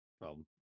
problem